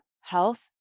health